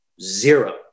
zero